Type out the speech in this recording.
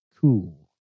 cool